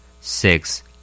Six